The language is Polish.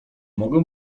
mogę